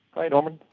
hi norman,